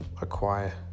acquire